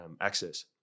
access